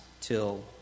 till